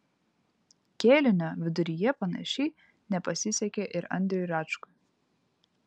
kėlinio viduryje panašiai nepasisekė ir andriui račkui